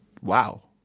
wow